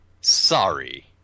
sorry